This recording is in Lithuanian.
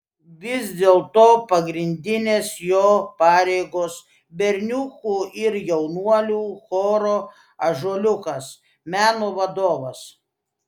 vis dėlto pagrindinės jo pareigos berniukų ir jaunuolių choro ąžuoliukas meno vadovas